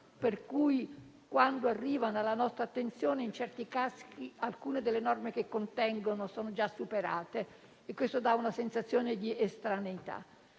per cui, quando arrivano alla nostra attenzione, in certi casi alcune delle norme che contengono sono già superate; la qual cosa dà una sensazione di estraneità.